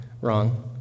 wrong